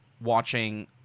watching